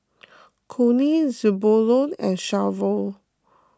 Connie Zebulon and Shavon